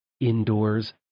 indoors